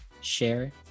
share